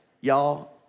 Y'all